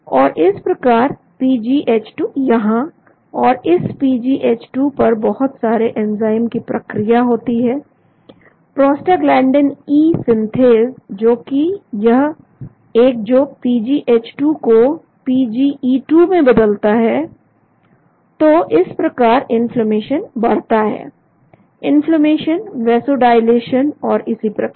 और इस प्रकार पीजीएच2 यहां और इस पीजीएच2 पर बहुत सारे एंजाइम की प्रतिक्रिया होती है प्रोस्टाग्लैंडइन इ सिंथेस जो कि यह एक जो पीजीएच2 को पीजीइ2 में बदलता है तो इस प्रकार इन्फ्लेमेशन बढ़ता है इन्फ्लेमेशन वैसोडाईलेशन और इसी प्रकार